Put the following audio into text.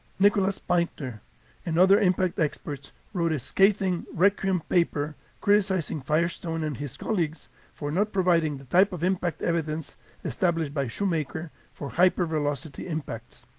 nicholas pinter and other impact experts wrote a scathing requiem paper criticizing firestone and his colleagues for not providing the type of impact evidence established by shoemaker for hypervelocity impacts.